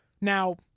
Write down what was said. Now